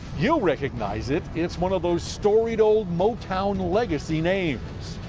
you recognize it, it's one of those storied old motown legacy names.